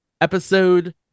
Episode